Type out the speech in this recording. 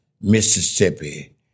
Mississippi